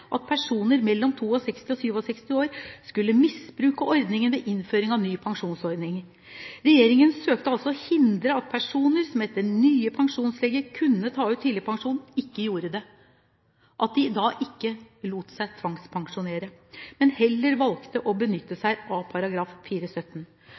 at personer mellom 62 og 67 år skulle misbruke ordningen ved innføring av ny pensjonsordning. Regjeringen søkte altså å hindre at personer som etter nye pensjonsregler kunne ta ut tidligpensjon, ikke gjorde det. At de da ikke lot seg tvangspensjonere, men heller valgte å benytte